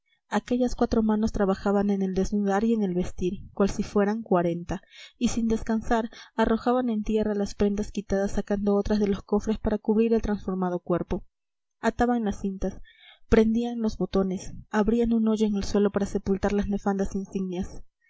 aquellas cuatro manos trabajaban en el desnudar y en el vestir cual si fueran cuarenta y sin descansar arrojaban en tierra las prendas quitadas sacando otras de los cofres para cubrir el transformado cuerpo ataban las cintas prendían los botones abrían un hoyo en el suelo para sepultar las nefandas insignias